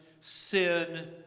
sin